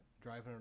driving